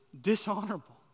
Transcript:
dishonorable